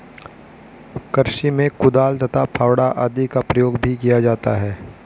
कृषि में कुदाल तथा फावड़ा आदि का प्रयोग भी किया जाता है